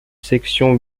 section